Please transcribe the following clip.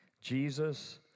Jesus